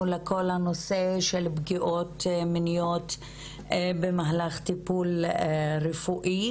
לכל הנושא של פגיעות מיניות במהלך טיפול רפואי,